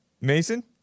Mason